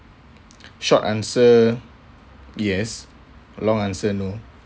short answer yes long answer no